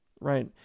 Right